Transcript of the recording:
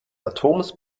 atoms